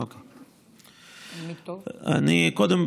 אני קודם,